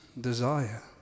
desire